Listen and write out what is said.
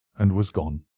and was gone.